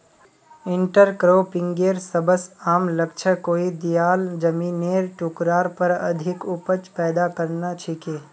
इंटरक्रॉपिंगेर सबस आम लक्ष्य कोई दियाल जमिनेर टुकरार पर अधिक उपज पैदा करना छिके